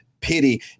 Pity